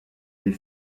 les